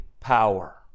power